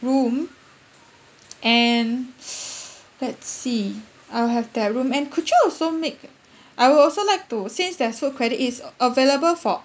room and s~ let's see I'll have that room and could you also make I would also like to since there's food still credit is available for